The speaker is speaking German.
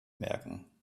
merken